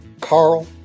Carl